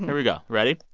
here we go. ready?